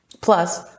plus